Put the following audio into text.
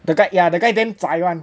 the guy ya the guy damn zai [one]